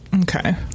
Okay